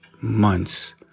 months